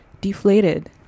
deflated